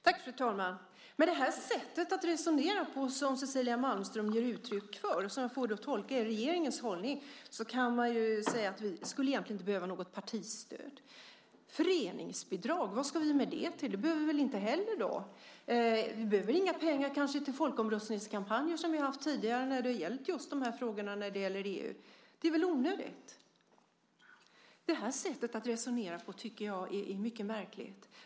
Fru talman! Med det här sättet att resonera på, som Cecilia Malmström ger uttryck för - jag tolkar det som regeringens hållning - kan man säga att vi egentligen inte skulle behöva något partistöd. Föreningsbidrag, vad ska vi med det till? Det behöver vi väl inte heller då. Vi behöver kanske inga pengar till folkomröstningskampanjer som vi har haft tidigare när det gällt just de här frågorna om EU. Det är väl onödigt. Det här sättet att resonera på tycker jag är mycket märkligt.